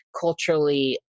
culturally